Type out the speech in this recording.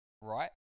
Right